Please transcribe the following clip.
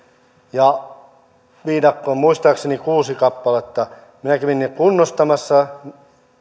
viidakkoon muistaakseni kuusi kappaletta minä kävin ne kunnostamassa